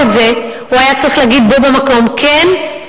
הוא היה צריך להגיד בו במקום: כן,